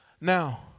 Now